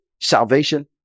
salvation